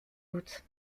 doute